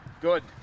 good